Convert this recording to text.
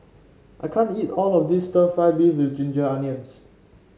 I can't eat all of this stir fry beef with Ginger Onions